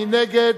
מי נגד?